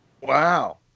Wow